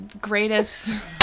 greatest